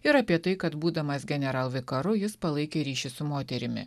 ir apie tai kad būdamas generalvikaru jis palaikė ryšį su moterimi